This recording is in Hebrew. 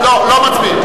מצביעים.